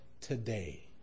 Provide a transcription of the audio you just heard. today